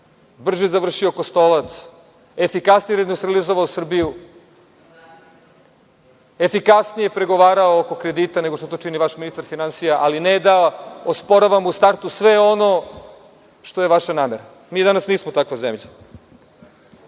brže završio „Kostolac“, efikasnije reindustrijalizovao Srbiju, efikasnije pregovarao oko kredita nego što to čini vaš ministar finansija, ali ne da osporavamo u startu sve ono što je vaša namera. Mi danas nismo takva zemlja.